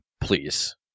Please